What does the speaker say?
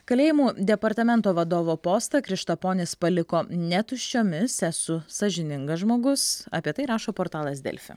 kalėjimų departamento vadovo postą krištaponis paliko ne tuščiomis esu sąžiningas žmogus apie tai rašo portalas delfi